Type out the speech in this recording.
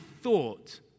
thought